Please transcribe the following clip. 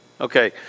Okay